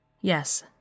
Yes